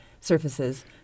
surfaces